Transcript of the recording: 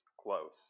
close